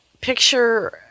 picture